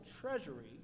treasury